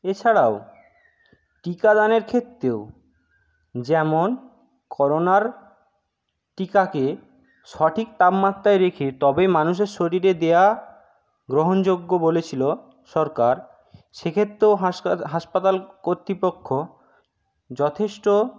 এছাড়াও টিকা দানের ক্ষেত্রেও যেমন করোনার টিকাকে সঠিক তাপমাত্রায় রেখে তবেই মানুষের শরীরে দেওয়া গ্রহণযোগ্য বলেছিলো সরকার সেক্ষেত্রেও হাসপাতাল কর্তৃপক্ষ যথেষ্ট